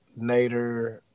Nader